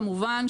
כמובן,